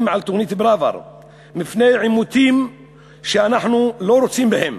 לתוכנית פראוור מפני עימותים שאנחנו לא רוצים בהם,